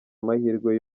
amahirwe